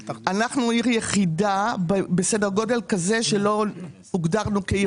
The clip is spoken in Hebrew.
אנחנו העיר היחידה בסדר גודל כזה שלא הוגדרנו כעיר